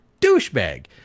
douchebag